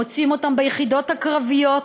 מוצאים אותם ביחידות הקרביות,